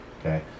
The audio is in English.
okay